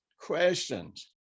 questions